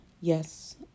Yes